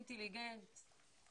אינטליגנט,